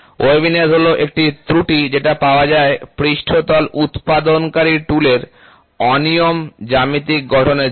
waviness হল একটি ত্রুটি যেটা পাওয়া যায় পৃষ্ঠতল উৎপাদনকারী টুলের অনিয়মিত জ্যামিতিক গঠনের জন্য